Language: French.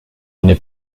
n’est